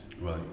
Right